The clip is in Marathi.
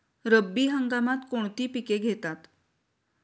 रब्बी हंगामात कोणती पिके घेतात?